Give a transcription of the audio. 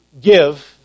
give